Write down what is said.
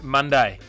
Monday